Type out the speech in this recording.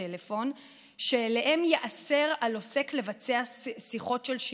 טלפון שאליהם ייאסר על עוסק לבצע שיחות של שיווק.